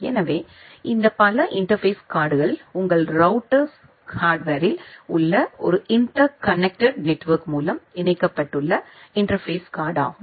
எனவே இந்த பல இன்டர்பேஸ் கார்டுகள் உங்கள் ரௌட்டர்ஸ் ஹார்ட்வர்ரில் உள்ள ஒரு இன்டெர் கனெக்டட் நெட்வொர்க் மூலம் இணைக்கப்பட்டுள்ள இன்டர்பேஸ் கார்டு ஆகும்